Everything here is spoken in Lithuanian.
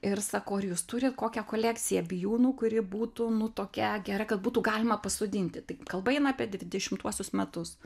ir sakau ar jūs turit kokią kolekciją bijūnų kuri būtų nu tokia gera kad būtų galima pasodinti tai kalba eina apie dvidešimtuosius metus